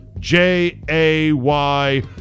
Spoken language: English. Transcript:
J-A-Y